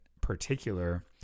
particular